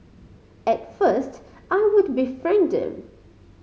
at first I would befriend them